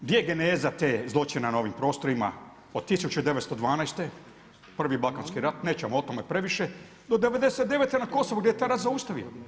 Gdje je geneza te, zločina na ovim prostorima od 1912. prvi balkanski rat, nećemo o tome previše do '99. na Kosovu gdje je taj rat zaustavio.